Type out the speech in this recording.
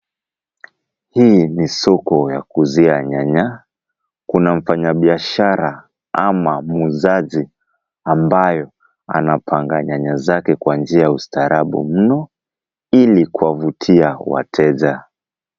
Hii ni soko ya kuuzia nyanya, kuna mfanyabiashara ama muuzaji ambaye anapanga nyanya zake kwa njia za ustarabu muno ili kuwavutia wateja.